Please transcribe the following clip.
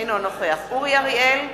אינו נוכח אורי אריאל,